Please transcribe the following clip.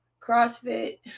CrossFit